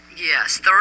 yes